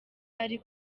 ari